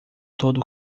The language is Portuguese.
todo